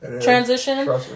transition